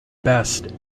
best